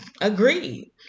agreed